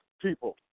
people